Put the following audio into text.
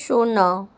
ଶୂନ